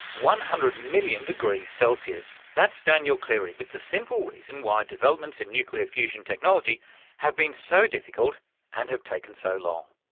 one hundred million degrees celsius! that's daniel clery with the simple reason why developments in nuclear fusion technology have been so difficult and have taken so long.